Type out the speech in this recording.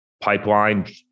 Pipeline